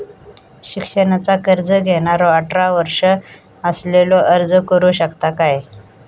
शिक्षणाचा कर्ज घेणारो अठरा वर्ष असलेलो अर्ज करू शकता काय?